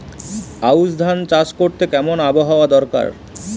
আউশ ধান চাষ করতে কেমন আবহাওয়া দরকার?